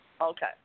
Okay